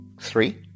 Three